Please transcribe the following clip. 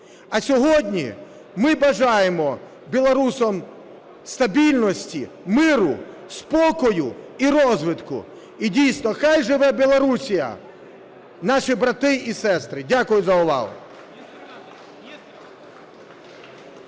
А сьогодні ми бажаємо білорусам стабільності, миру, спокою і розвитку. І дійсно: хай живе Білорусія – наші брати і сестри! Дякую за увагу.